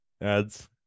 Ads